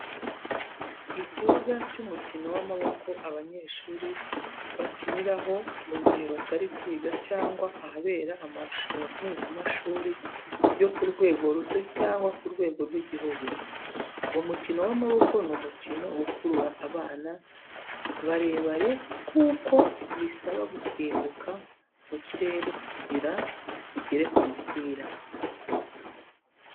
Ikibuga cy'umukino w'amaboko abanyeshuri bakiniraho mu gihe batari kwiga cyangwa ahabera amarushanwa mpuzamashuri yo kurwego ruto cyangwa ku rwego rw'igihugu. Umukino w'amaboko ni umukino ukurura abana barebare kuko bisaba gusimbuka mu kirere kugira ugere ku mupira.